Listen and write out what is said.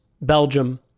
Belgium